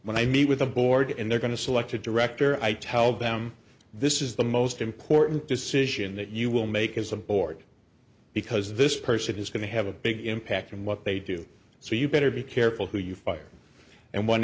when i meet with a board and they're going to select a director i tell them this is the most important decision that you will make as a board because this person is going to have a big impact on what they do so you better be careful who you fire and one